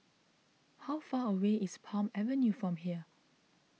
how far away is Palm Avenue from here